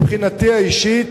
מבחינתי האישית,